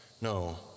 No